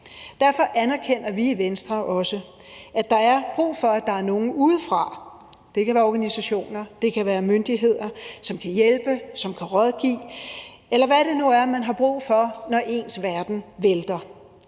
Derfor anerkender vi i Venstre også, at der er brug for, at der er nogle udefra – det kan være organisationer, det kan være myndigheder – som kan hjælpe og rådgive, eller hvad det nu er, man har brug for, når ens verden vælter.